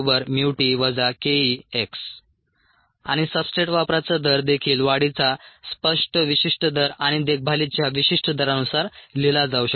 rxAxT kex आणि substrate वापराचा दर देखील वाढीचा स्पष्ट विशिष्ट दर आणि देखभालीच्या विशिष्ट दरानुसार लिहीला जाऊ शकतो